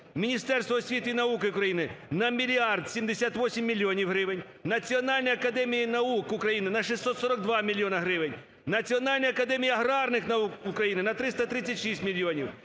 Міністерству освіти та науки України – на мільярд 78 мільйонів гривень, Національній академії наук України – на 642 мільйона гривень, Національній академії аграрних наук України – на 336 мільйонів,